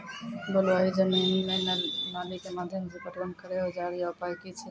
बलूआही जमीन मे नाली के माध्यम से पटवन करै औजार या उपाय की छै?